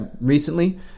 recently